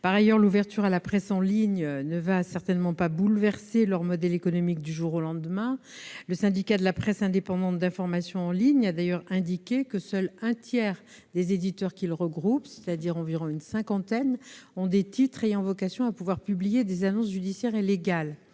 Par ailleurs, l'ouverture à la presse en ligne ne va certainement pas bouleverser leur modèle économique du jour au lendemain. Le Syndicat de la presse indépendante d'information en ligne a d'ailleurs indiqué que seul un tiers des éditeurs qu'il représente, c'est-à-dire une cinquantaine, a des titres ayant vocation à publier des annonces judiciaires et légales.